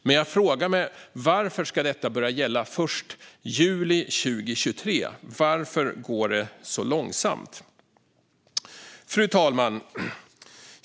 Men jag frågar mig varför detta ska börja gälla först i juli 2023. Varför går det så långsamt? Fru talman!